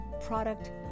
product